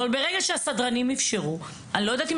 אבל ברגע שהסדרנים אפשרו אני לא יודעת אם